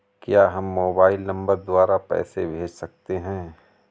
क्या हम mobile number द्वारा पैसे भेज सकते हैं?